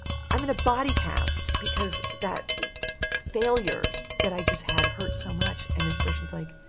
i'm in a body cast because that failure that i just had hurt so much. and inspiration is like,